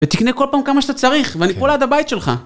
ותקנה כל פעם כמה שאתה צריך, ואני פה ליד הבית שלך.